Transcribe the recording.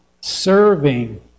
serving